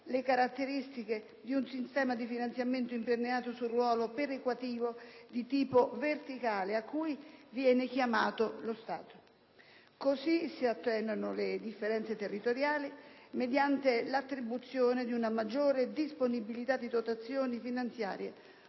le caratteristiche di un sistema di finanziamento imperniato sul ruolo perequativo di tipo verticale a cui viene chiamato lo Stato. Si attenuano così le differenze territoriali, mediante l'attribuzione di una maggiore disponibilità di dotazioni finanziarie